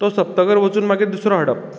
तो सोंपतकर वचून मागीर दुसरो हाडप